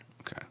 Okay